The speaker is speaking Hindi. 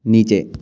नीचे